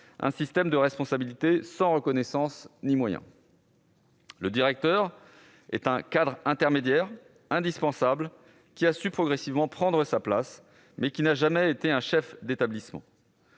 un système de responsabilités sans reconnaissance ni moyens. Le directeur est un cadre intermédiaire indispensable, qui a su progressivement prendre sa place, mais qui n'a jamais été un chef d'établissement.